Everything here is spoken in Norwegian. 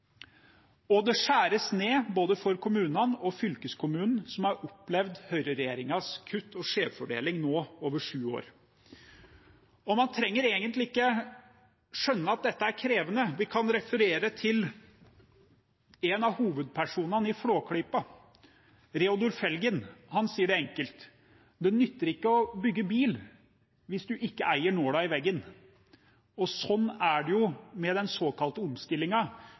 Det skjæres ned for både kommuner og fylkeskommuner, som nå over sju år har opplevd høyreregjeringens kutt og skjevfordeling. Man trenger ikke egentlig å skjønne at dette er krevende. Vi kan referere til en av hovedpersonene i Flåklypa, Reodor Felgen. Han sier det enkelt: «Nøtt’ itte å bygge bil da vettu, når’n itte eier nåla i veggen.» Slik er det med den såkalte